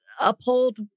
uphold